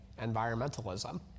environmentalism